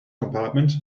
compartment